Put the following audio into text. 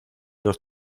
los